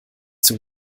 zum